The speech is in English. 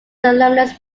fluminense